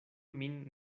min